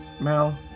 Mal